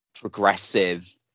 progressive